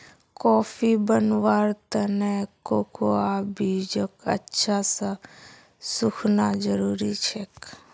coffee बनव्वार त न कोकोआ बीजक अच्छा स सुखना जरूरी छेक